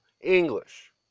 English